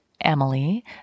Emily